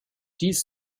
dies